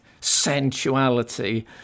sensuality